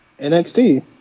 NXT